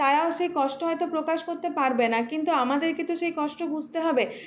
তারাও সেই কষ্ট হয়তো প্রকাশ করতে পারবে না কিন্তু আমাদেরকে তো সেই কষ্ট বুঝতে হবে